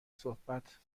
صحبت